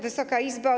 Wysoka Izbo!